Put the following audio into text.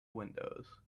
windows